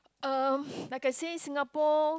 uh like I say Singapore